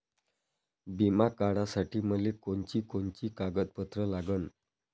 बिमा काढासाठी मले कोनची कोनची कागदपत्र लागन?